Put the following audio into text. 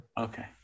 Okay